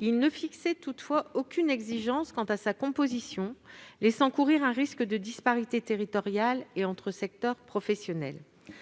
il ne fixe toutefois aucune exigence quant à sa composition, laissant courir un risque de disparités entre territoires et entre secteurs professionnels.